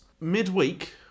midweek